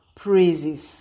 praises